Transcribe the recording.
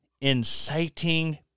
inciting